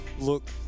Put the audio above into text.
look